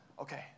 okay